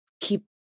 keep